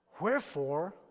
Wherefore